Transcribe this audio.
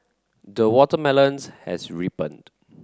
the watermelons has